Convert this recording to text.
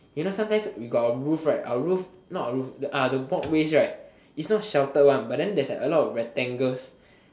you know sometimes we got a roof right our roof not roof ah the walkways right is not sheltered one but then there's like a lot of rectangles